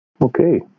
Okay